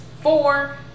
four